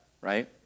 Right